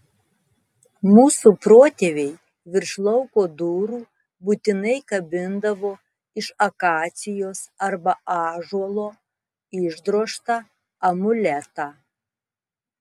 mūsų protėviai virš lauko durų būtinai kabindavo iš akacijos arba ąžuolo išdrožtą amuletą